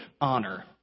honor